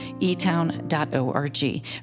etown.org